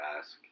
ask